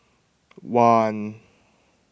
one